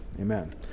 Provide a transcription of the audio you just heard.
Amen